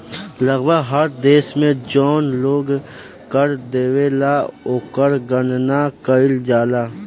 लगभग हर देश में जौन लोग कर देवेला ओकर गणना कईल जाला